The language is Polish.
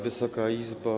Wysoka Izbo!